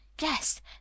Yes